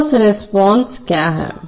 force response क्या है